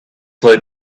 like